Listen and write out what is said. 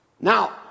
Now